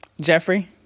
jeffrey